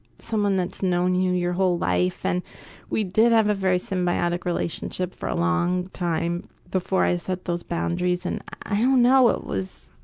someone that's known you your whole life and we did have a very symbiotic relationship for a long time before i set those boundaries, and i don't know, it was,